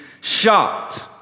shocked